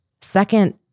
Second